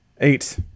Eight